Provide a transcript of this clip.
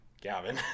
Gavin